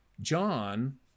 John